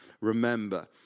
remember